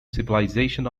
civilization